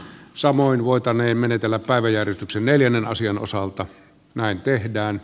samoin voitaneen menetellä päiväjärjestyksen eli ennen asian osalta näin tehdään